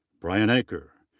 brian aker.